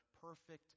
perfect